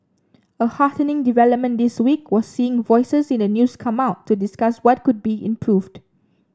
a heartening development this week was seeing voices in the news come out to discuss what could be improved